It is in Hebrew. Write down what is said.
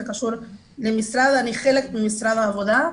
זה קשור למשרד ואני חלק ממשרד העבודה,